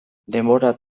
denbora